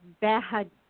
bad